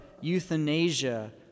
euthanasia